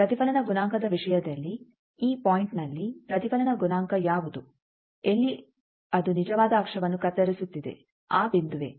ಆದ್ದರಿಂದ ಪ್ರತಿಫಲನ ಗುಣಾಂಕದ ವಿಷಯದಲ್ಲಿ ಈ ಪಾಯಿಂಟ್ನಲ್ಲಿ ಪ್ರತಿಫಲನ ಗುಣಾಂಕ ಯಾವುದು ಎಲ್ಲಿ ಅದು ನಿಜವಾದ ಅಕ್ಷವನ್ನು ಕತ್ತರಿಸುತ್ತಿದೆ ಆ ಬಿಂದುವೇ